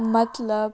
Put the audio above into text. مطلب